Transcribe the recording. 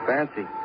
Fancy